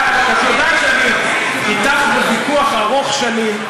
את יודעת שאני אתך בוויכוח ארוך שנים,